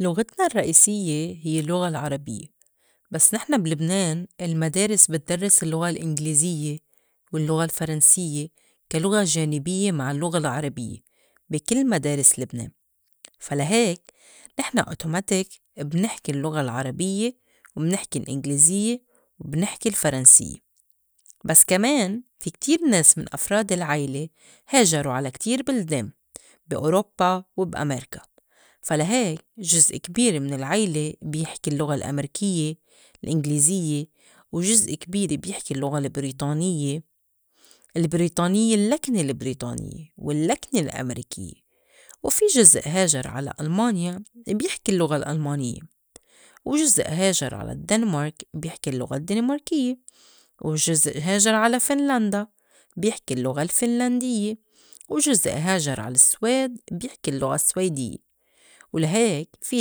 لُغِتنا الرّئيسيّة هي اللّغة العربيّة، بس نحن بلبنان المدارس بتدرّس اللّغة الإنجليزية واللّغة الفرنسيّة كا لُغة جانبيّة مع اللُّغة العربيّة بي كل مدارس لبنان. فا لهيك نِحن أوتوماتيك بنحكي اللّغة العربيّة ومنحكي الإنجليزية وبنحكي الفرنسيّة. بس كمان في كتير ناس من أفراد العيلة هاجرو على كتير بلدان بي أوروبّا و بأميركا، فا لهيك جزء كبير من العيلة بيحكي اللّغة الأميركية الإنجليزيّة، وجزء كبير بيحكي اللُّغة البريطانيّة، البريطانيّة اللّكنة البريطانيّة واللّكنة الأمريكيّة، وفي جزء هاجر على ألمانيا بيحكي اللُّغة الألمانيّة، وجزء هاجر على الدنمرك بيحكي اللُّغة الدنماركيّة، وجزء هاجر على فنلندا بيحكي اللُّغة الفنلنديّة، وجزء هاجر على السويد بيحكي اللّغة السويديّة. ولا هيك في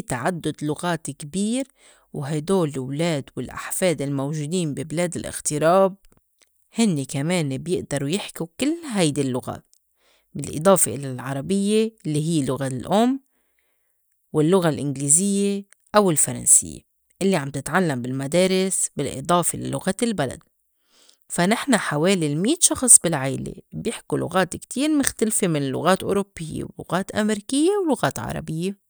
تعدُّد لُغات كبير وهيدول الولاد والأحفاد الموجودين بي بلاد الأغتراب هنّي كمان بيقدرو يحكو كل هيدي اللّغات بالإضافة الى العربيّة اللّي هيّ لغة الأُم واللّغة الإنجليزية أو الفرنسيّة اللّي عم تتعلّم بالمدارس بالإضافة للغة البلد. فا نحن حوالي المية شخص بالعيلة بيحكو لغات كتير مختلفة من لُغات أوروبيّة، ولُغات أمريكية، ولُغات عربيّة.